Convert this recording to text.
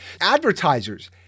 Advertisers